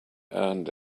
earned